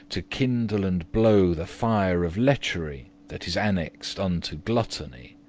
to kindle and blow the fire of lechery, that is annexed unto gluttony.